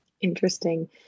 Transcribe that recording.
Interesting